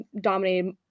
dominated